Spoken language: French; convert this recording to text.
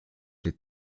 les